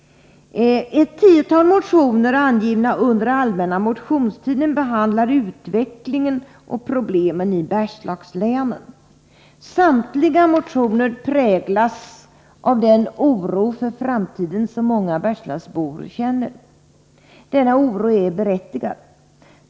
Ett tiotal motioner avgivna under allmänna motionstiden behandlar utvecklingen och problemen i Bergslagslänen. Samtliga motioner präglas av den oro för framtiden som många bergslagsbor känner. Denna oro är berättigad.